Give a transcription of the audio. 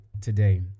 today